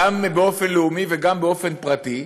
גם באופן לאומי וגם באופן פרטי,